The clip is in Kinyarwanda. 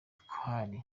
twari